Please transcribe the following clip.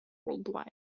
worldwide